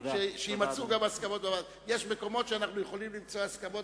יש מקומות שאנחנו יכולים למצוא הסכמות